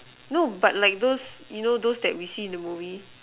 no but like those you know those that we see in the movie